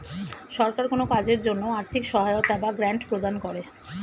সরকার কোন কাজের জন্য আর্থিক সহায়তা বা গ্র্যান্ট প্রদান করে